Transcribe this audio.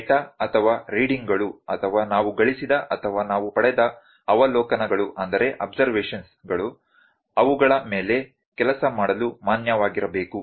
data ಅಥವಾ ರೀಡಿಂಗ್ಗಳು ಅಥವಾ ನಾವು ಗಳಿಸಿದ ಅಥವಾ ನಾವು ಪಡೆದ ಅವಲೋಕನಗಳು ಅವುಗಳ ಮೇಲೆ ಕೆಲಸ ಮಾಡಲು ಮಾನ್ಯವಾಗಿರಬೇಕು